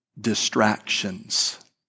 distractions